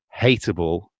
hateable